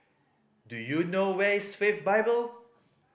do you know where is Faith Bible